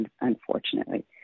unfortunately